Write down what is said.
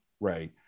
right